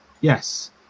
yes